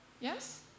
yes